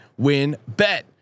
WinBet